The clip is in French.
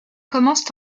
commencent